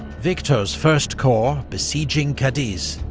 victor's first corps, besieging cadiz,